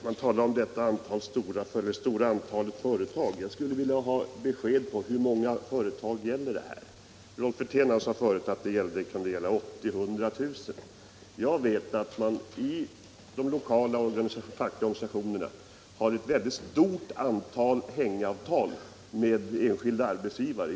Herr talman! Man talar om det stora antalet företag. Jag skulle vilja ha besked om hur många företag det gäller. Rolf Wirtén sade att det kunde gälla 80 000-100 000. Jag vet att man i de lokala fackliga organisationerna har ett mycket stort antal hängavtal med enskilda arbetsgivare.